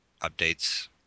updates